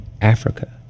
Africa